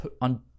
on